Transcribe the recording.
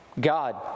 God